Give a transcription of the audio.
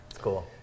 Cool